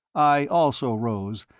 i, also, rose,